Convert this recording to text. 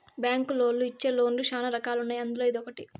బ్యాంకులోళ్ళు ఇచ్చే లోన్ లు శ్యానా రకాలు ఉన్నాయి అందులో ఇదొకటి